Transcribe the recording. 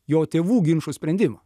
jo tėvų ginčų sprendimą